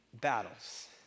battles